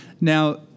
Now